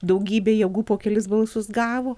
daugybė jėgų po kelis balsus gavo